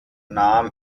nahm